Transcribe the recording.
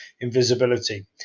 invisibility